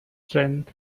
strength